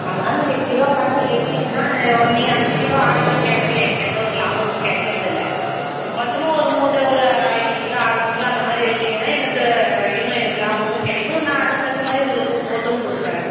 அதனால் நீங்கள் கிலோ கணக்கில் எடுத்தீங்கன்னால் நீங்கள் அஞ்சு கிலோ ஆறு கிலோ கேட்கிறதுல எனக்கு எந்த ஒரு லாபமும் கிடைக்கறது இல்லை மொத்தமாக ஒரு மூட்டை ஒரு ஐநூறு கிலோ அறுநூறு கிலோ அந்த மாதிரி எடுத்தீங்கன்னால் எனக்கு இன்னும் எனக்கு லாபமும் கிடைக்கும் நான் அதுக்கு தகுந்த மாதிரி உங்களுக்கும் போட்டும் கொடுப்பேன்